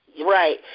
Right